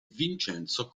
vincenzo